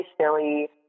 silly